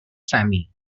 sammy